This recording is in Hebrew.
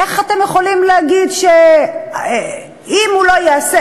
איך אתם יכולים להגיד שאם הוא לא יעשה,